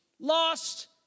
lost